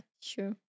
Sure